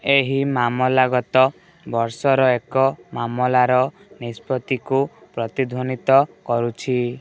ଏହି ମାମଲା ଗତ ବର୍ଷର ଏକ ମାମଲାର ନିଷ୍ପତ୍ତିକୁ ପ୍ରତିଧ୍ଵନିତ କରୁଛି